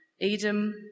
Edom